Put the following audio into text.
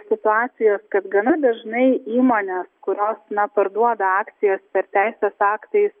situacijos kad gana dažnai įmonės kurios na parduoda akcijas per teisės aktais